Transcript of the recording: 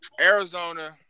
Arizona